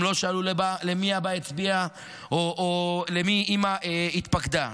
הם לא שאלו למי אבא הצביע או למי אימא התפקדה.